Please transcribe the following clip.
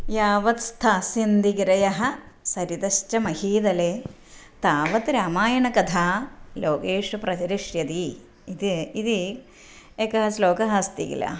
यावत् स्थास्यन्ति गिरयः सरितश्च महीतले तावत् रामायणकथा लोकेषु प्रचलिष्यति इति इति एकःश्लोकः अस्ति किल